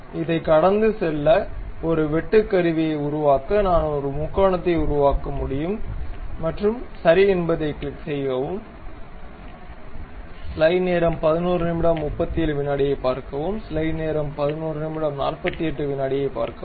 எனவே அதைக் கடந்து செல்ல ஒரு வெட்டுக்கருவியை உருவாக்க நான் ஒரு முக்கோணத்தை உருவாக்க முடியும் மற்றும் சரி என்பதைக் கிளிக் செய்யவும்